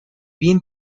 bien